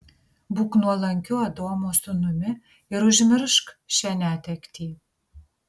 būk nuolankiu adomo sūnumi ir užmiršk šią netektį